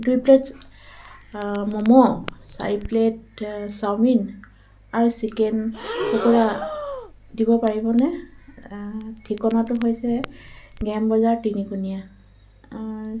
দুই প্লে'ট মম' চাৰি plate chowmein আৰু চিকেন পকোৰা দিব পাৰিবনে ঠিকনাটো হৈছে গেহেম বজাৰ তিনিকোণীয়া